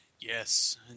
Yes